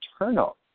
eternal